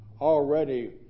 already